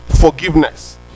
Forgiveness